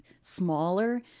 smaller